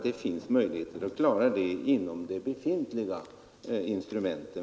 Det finns möjligheter att klara detta med de befintliga instrumenten.